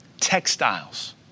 textiles